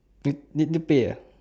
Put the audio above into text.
need need to pay uh